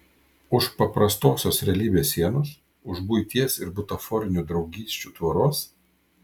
už paprastosios realybės sienos už buities ir butaforinių draugysčių tvoros